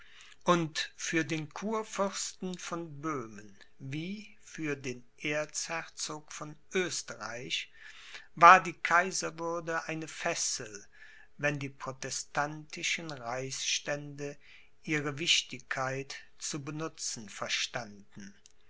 und für den kurfürsten von böhmen wie für den erzherzog von oesterreich war die kaiserwürde eine fessel wenn die protestantischen reichsstände ihre wichtigkeit zu benutzen verstanden